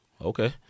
okay